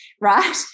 right